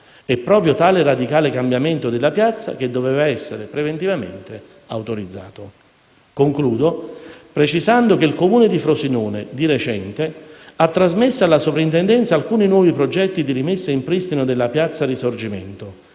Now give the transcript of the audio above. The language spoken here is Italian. È proprio tale radicale cambiamento della piazza che doveva essere preventivamente autorizzato. Concludo precisando che il Comune di Frosinone, di recente, ha trasmesso alla Soprintendenza alcuni nuovi progetti di rimessa in pristino della piazza Risorgimento